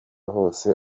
hose